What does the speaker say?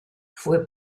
fue